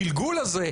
הגלגול הזה,